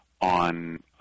on